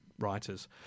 writers